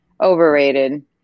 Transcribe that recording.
Overrated